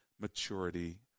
maturity